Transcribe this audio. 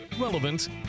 relevant